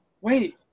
wait